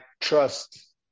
trust